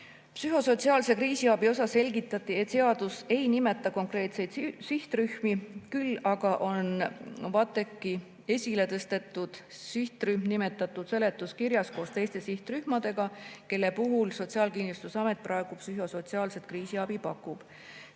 Psühhosotsiaalse kriisiabi kohta selgitati, et seadus ei nimeta konkreetseid sihtrühmi, küll aga on VATEK‑i esiletõstetud sihtrühm nimetatud seletuskirjas koos teiste sihtrühmadega, kelle puhul Sotsiaalkindlustusamet praegu psühhosotsiaalset kriisiabi pakub.